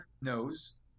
knows